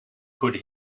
could